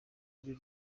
ari